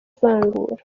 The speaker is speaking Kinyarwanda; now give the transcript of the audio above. vangura